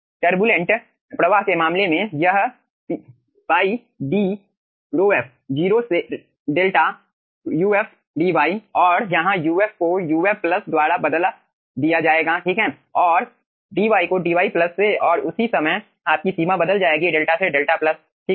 turbulent प्रवाह के मामले में यह π D ρf 0 से 𝛿 uf dy और यहां uf को uf द्वारा बदल दिया जाएगा ठीक है और dy को dy से और उसी समय आपकी सीमा बदल जाएगी 𝛿 से 𝛿 ठीक है